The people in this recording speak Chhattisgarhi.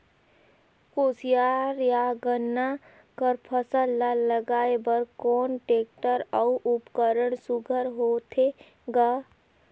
कोशियार या गन्ना कर फसल ल लगाय बर कोन टेक्टर अउ उपकरण सुघ्घर होथे ग?